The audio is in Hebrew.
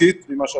איטית ממה שחששנו,